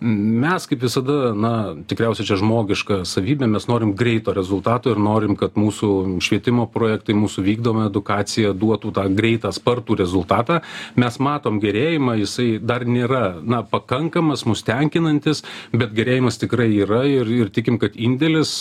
mes kaip visada na tikriausiai čia žmogiška savybė mes norim greito rezultato ir norim kad mūsų švietimo projektai mūsų vykdoma edukacija duotų tą greitą spartų rezultatą mes matom gerėjimą jisai dar nėra na pakankamas mus tenkinantis bet gerėjimas tikrai yra ir ir tikim kad indėlis